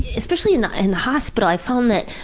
especially in in the hospital, i've found that,